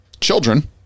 children